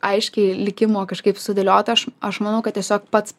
aiškiai likimo kažkaip sudėliota aš aš manau kad tiesiog pats